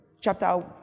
chapter